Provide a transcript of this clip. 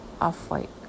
off-white